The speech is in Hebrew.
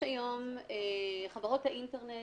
חברות האינטרנט,